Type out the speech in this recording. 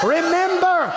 Remember